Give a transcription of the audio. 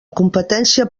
competència